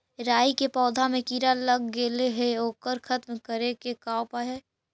राई के पौधा में किड़ा लग गेले हे ओकर खत्म करे के का उपाय है?